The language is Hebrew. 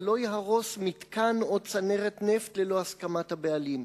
ולא יהרוס מתקן או צנרת נפט ללא הסכמת הבעלים.